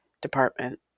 department